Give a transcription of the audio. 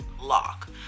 lock